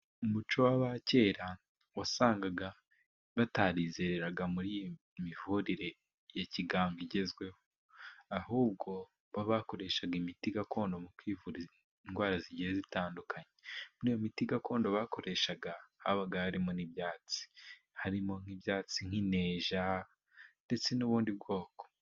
Umuco w' abakera wasangaga batarizeraga muri mivurire ya kiganga igezweho, ahubwo bakoreshaga imiti gakondo mu kwivura, indwara zigiye zitandukanye niyo miti gakondo bakoreshaga habaga, harimo n' ibyatsi, harimo nk' ibyatsi by' inteja ndetse n' ubundi bwoko.